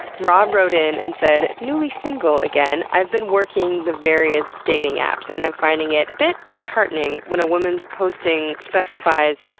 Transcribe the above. rob wrote in and said, newly single, again. i've been working the various dating apps and i'm finding it a bit disheartening when a woman's posting specifies,